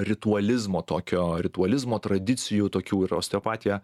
ritualizmo tokio ritualizmo tradicijų tokių ir osteopatija